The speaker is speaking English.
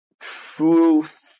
truth